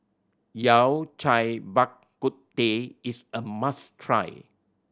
Yao Cai Bak Kut Teh is a must try